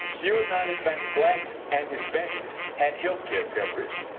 fewer non-hispanic blacks, and hispanics had health care coverage.